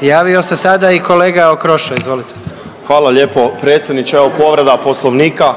Javio se sada i kolega Okroša, izvolite. **Okroša, Tomislav (HDZ)** Hvala lijepo predsjedniče, evo povreda Poslovnika.